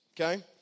Okay